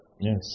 Yes